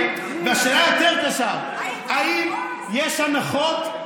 והשאלה היותר-קשה: האם יש הנחות?